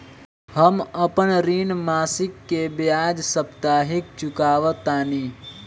हम अपन ऋण मासिक के बजाय साप्ताहिक चुकावतानी